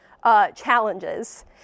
Challenges